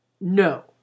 No